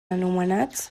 anomenats